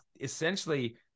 essentially